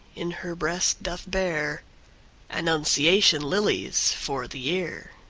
in her breast doth bear annunciation lilies for the year.